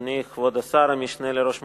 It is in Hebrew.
אדוני כבוד השר, המשנה לראש הממשלה,